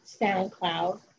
SoundCloud